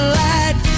light